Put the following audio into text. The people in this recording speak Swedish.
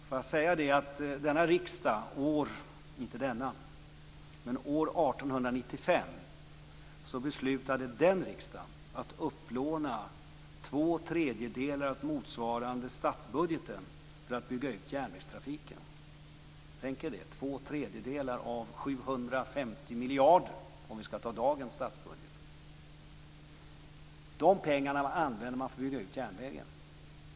Får jag säga att riksdagen, inte denna riksdag, år 1895 beslutade att upplåna motsvarande två tredjedelar av statsbudgeten för att bygga ut järnvägstrafiken. Tänk er två tredjedelar av 750 miljarder om vi skall jämföra med dagens statsbudget! De pengarna använde man för att bygga ut järnvägen.